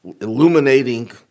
illuminating